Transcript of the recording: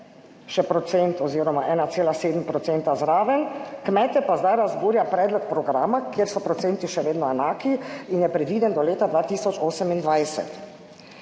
še procent oziroma 1,7 % zraven, kmete pa zdaj razburja predlog programa, kjer so procenti še vedno enaki in je predviden do leta 2028.